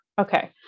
Okay